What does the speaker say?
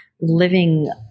living